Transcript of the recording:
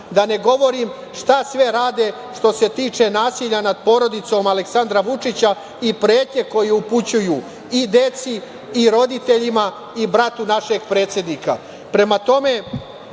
Da ne govorim šta sve rade što se tiče nasilja nad porodicom Aleksandra Vučića i pretnje koje upućuju i deci i roditeljima i bratu našeg predsednika. Prema